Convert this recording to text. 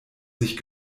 sich